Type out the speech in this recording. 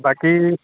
বাকী